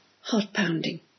heart-pounding